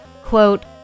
Quote